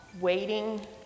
waiting